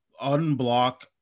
unblock